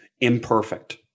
imperfect